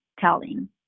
telling